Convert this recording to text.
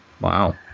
Wow